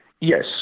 Yes